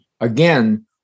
again